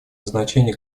назначение